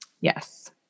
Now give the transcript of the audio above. Yes